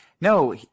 No